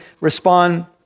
respond